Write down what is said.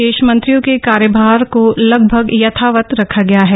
शेष मंत्रियों के कार्यभार को लगभग यथावत रखा गया है